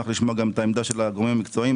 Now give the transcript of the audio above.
לשמוע גם את העמדה של הגורמים המקצועיים.